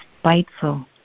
spiteful